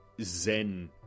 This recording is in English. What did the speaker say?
zen